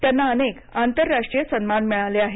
त्यांना अनेक आंतरराष्ट्रीय सन्मान मिळाले आहेत